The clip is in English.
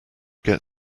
get